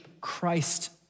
Christ